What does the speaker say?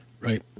Right